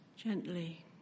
gently